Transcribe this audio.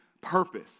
purpose